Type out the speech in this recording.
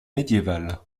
médiévale